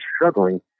struggling